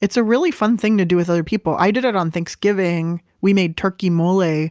it's a really fun thing to do with other people. i did it on thanksgiving. we made turkey mole